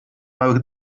małych